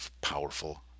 powerful